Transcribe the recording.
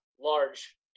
large